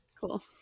Cool